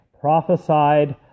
prophesied